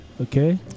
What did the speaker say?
Okay